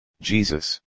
Jesus